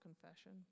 confession